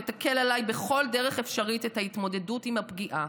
ותקל עליי בכל דרך אפשרית את ההתמודדות עם הפגיעה